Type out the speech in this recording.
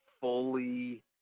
fully –